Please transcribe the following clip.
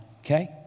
okay